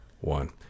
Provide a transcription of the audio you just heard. one